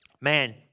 Man